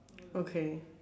okay